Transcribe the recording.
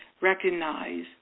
recognize